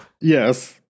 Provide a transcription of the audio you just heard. Yes